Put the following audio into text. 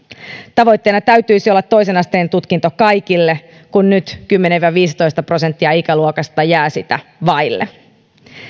tavoitteena täytyisi olla toisen asteen tutkinto kaikille kun nyt kymmenen viiva viisitoista prosenttia ikäluokasta jää sitä vaille